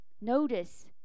Notice